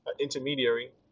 intermediary